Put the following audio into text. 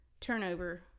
turnover